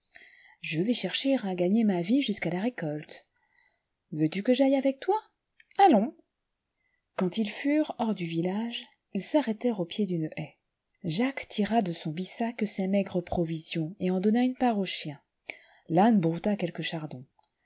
je vais chercher à gagner ma vie jusqu'à la récolte veux-tu que j'aille avec toi allons quand ils furent hors du village ils s'arrêtèrent au pied d'une haie jacques tira de son bissac ses maigres provisions et en donna une part au chien l'âne brouta quelques chardons